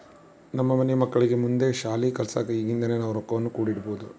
ನಮ್ಮ ಮನೆ ಮಕ್ಕಳಿಗೆ ಮುಂದೆ ಶಾಲಿ ಕಲ್ಸಕ ಈಗಿಂದನೇ ನಾವು ರೊಕ್ವನ್ನು ಕೂಡಿಡಬೋದು